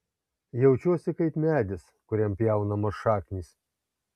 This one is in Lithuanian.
jaučiuosi kaip medis kuriam pjaunamos šaknys